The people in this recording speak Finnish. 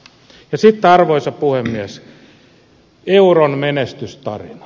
ja sitten arvoisa puhemies euron menestystarina